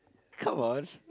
come on